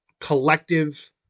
collective